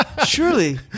Surely